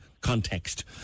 context